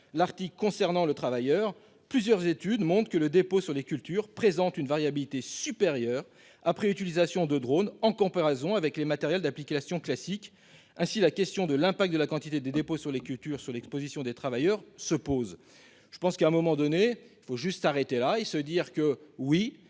l'article concernant les travailleurs, que « plusieurs études montrent que les dépôts sur les cultures présentent une variabilité supérieure après utilisation de drones en comparaison avec les matériels d'application classiques. Ainsi, la question de l'impact de la quantité des dépôts sur les cultures sur l'exposition des travailleurs se pose ». Il faut savoir s'arrêter là et se dire que ce